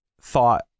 thought